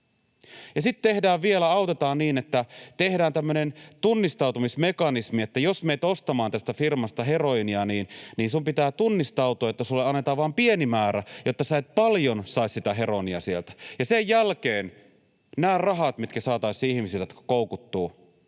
Ja sitten vielä autetaan niin, että tehdään tämmöinen tunnistautumismekanismi, että jos menet ostamaan tästä firmasta heroiinia, niin sinun pitää tunnistautua, jotta sinulle annetaan vaan pieni määrä, jotta et paljon saisi sitä heroiinia sieltä. Ja sen jälkeen nämä rahat, mitkä saataisiin ihmisiltä, jotka koukuttuvat,